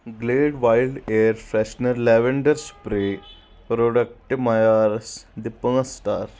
Glade wild air freshener lavender spray product معیارَس دِ پانٛژھ سٹار